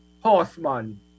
horseman